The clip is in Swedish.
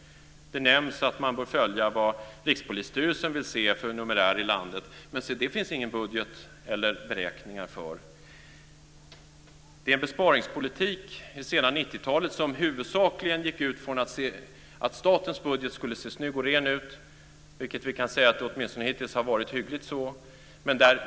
Det nämns att man bör följa vad Rikspolisstyrelsen vill se för numerär i landet, men det finns det ingen budget och inga beräkningar för. Det fanns en besparingspolitik under det sena 90 talet som huvudsakligen gick ut på att statens budget skulle se snygg och ren ut, vilket vi hittills kan säga åtminstone har varit hyggligt sant.